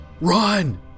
Run